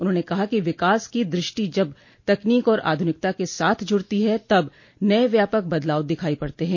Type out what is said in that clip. उन्होंने कहा कि विकास की दृष्टि जब तकनीक और आधुनिकता के साथ जुड़ती है तब नये व्यापक बदलाव दिखाई पड़ते हैं